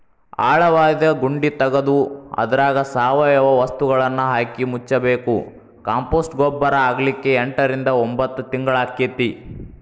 ಆಳವಾದ ಗುಂಡಿ ತಗದು ಅದ್ರಾಗ ಸಾವಯವ ವಸ್ತುಗಳನ್ನಹಾಕಿ ಮುಚ್ಚಬೇಕು, ಕಾಂಪೋಸ್ಟ್ ಗೊಬ್ಬರ ಆಗ್ಲಿಕ್ಕೆ ಎಂಟರಿಂದ ಒಂಭತ್ ತಿಂಗಳಾಕ್ಕೆತಿ